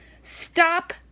Stop